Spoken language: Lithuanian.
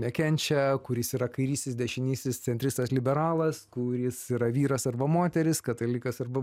nekenčia kuris yra kairysis dešinysis centristas liberalas kuris yra vyras arba moteris katalikas arba